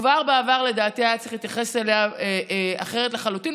כבר בעבר לדעתי היה צריך להתייחס אליה אחרת לחלוטין,